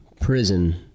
prison